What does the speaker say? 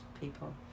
people